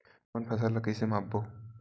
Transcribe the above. हमन फसल ला कइसे माप बो?